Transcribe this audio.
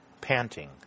panting